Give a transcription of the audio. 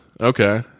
Okay